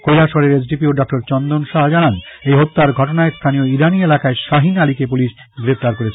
কৈলাসহরের SDPO doctor Chandan Saha জানান এই হত্যার ঘটনায় স্থানীয় ইরানী এলাকায় সাহিন আলীকে পুলিশ গ্রেপ্তার করেছে